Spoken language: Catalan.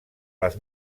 les